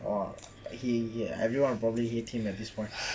!wah! he everyone probably hate him at this point